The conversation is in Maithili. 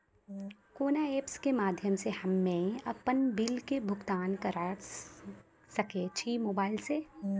कोना ऐप्स के माध्यम से हम्मे अपन बिल के भुगतान करऽ सके छी मोबाइल से?